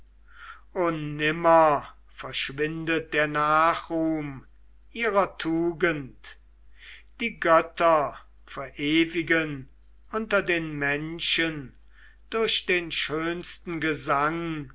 o nimmer verschwindet der nachruhm ihrer tugend die götter verewigen unter den menschen durch den schönsten gesang